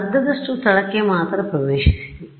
ಆದ್ದರಿಂದ ಅರ್ಧದಷ್ಟು ಸ್ಥಳಕ್ಕೆ ಮಾತ್ರ ಪ್ರವೇಶವಿದೆ